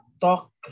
talk